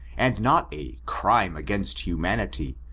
and not a crime against humanity,